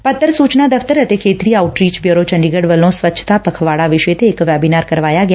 ਪੱਤਰ ਸੂਚਨਾ ਦਫ਼ਤਰ ਅਤੇ ਖੇਤਰੀ ਆਊਟਰੀਚ ਬਿਊਰੋ ਚੰਡੀਗੜ੍ ਵੱਲੋ ਸਵੱਛਤਾ ਪਖਵਾੜਾ ਵਿਸ਼ੇ ਤੇ ਇਕ ਵੈਬੀਨਾਰ ਕਰਵਾਇਆ ਗਿਆ